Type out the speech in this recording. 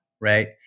Right